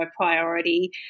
priority